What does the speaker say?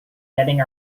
getting